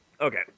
okay